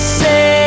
say